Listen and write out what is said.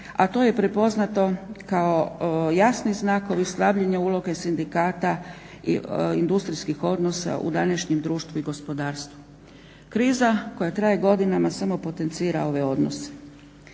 a to je prepoznato kao jasni znakovi slabljenja uloge sindikata industrijskih odnosa u današnjem društvu i gospodarstvu. Kriza koja traje godinama samo potencira ove odnose.